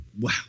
wow